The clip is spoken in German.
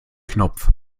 knopf